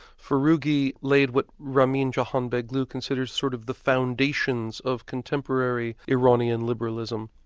furughi laid what ramin jahanbegloo considers sort of the foundations of contemporary iranian liberalism.